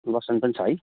बसन्त पनि छ है